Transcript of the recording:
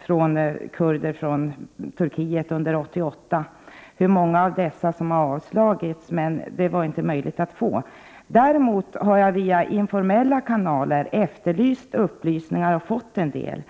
från turkiska kurder under 1988 och hur många av ansökningarna som avslagits. Men de uppgifterna var det inte möjligt att få. Däremot har jag via informella kanaler efterlyst upplysningar och fått en del.